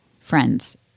Friends